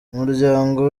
umuryango